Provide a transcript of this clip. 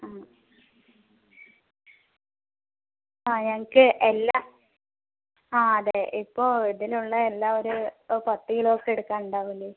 ആ ആ ഞങ്ങൾക്ക് എല്ലാ ആ അതെ ഇപ്പോൾ ഇതിലുള്ള എല്ലാ ഒര് പത്തുകിലോ ഒക്കെ എടുക്കാൻ ഉണ്ടാവൂലേ